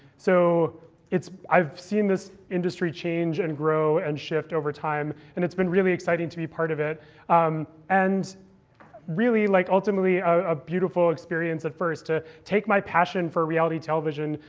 so i've seen this industry change, and grow, and shift over time. and it's been really exciting to be part of it um and really, like ultimately, a beautiful experience at first to take my passion for reality television,